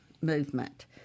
movement